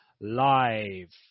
live